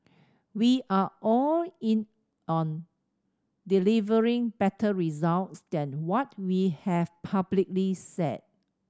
we are all in on delivering better results than what we have publicly said